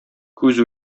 күз